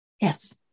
yes